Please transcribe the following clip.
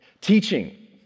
Teaching